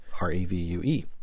R-E-V-U-E